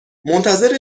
منتظر